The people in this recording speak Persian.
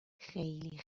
خیلی